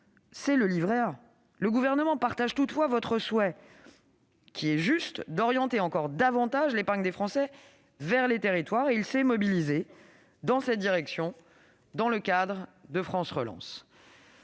s'agit du livret A. Le Gouvernement partage toutefois votre souhait, qui est juste, d'orienter encore davantage l'épargne des Français vers les territoires. Il s'est mobilisé à cette fin dans le cadre de France Relance.